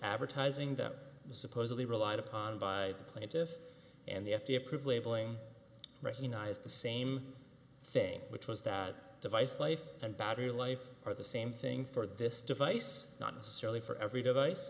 advertising that was supposedly relied upon by the plaintiffs and the f d a approved labeling recognized the same thing which was that device life and battery life are the same thing for this device not necessarily for every device